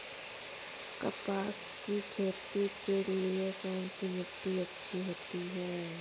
कपास की खेती के लिए कौन सी मिट्टी अच्छी होती है?